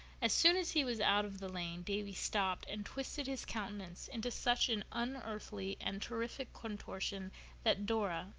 as soon as he was out of the lane davy stopped and twisted his countenance into such an unearthly and terrific contortion that dora,